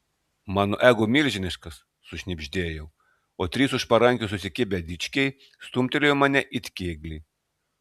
mano ego milžiniškas sušnibždėjau o trys už parankių susikibę dičkiai stumtelėjo mane it kėglį